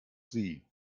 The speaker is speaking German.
sie